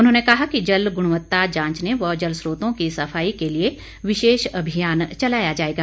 उन्होंने कहा कि जल गुणवत्ता जांचने व जल स्त्रोतों की सफाई के लिए विशेष अभियान चलाया जाएगा